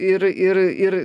ir ir ir